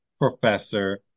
professor